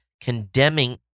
condemning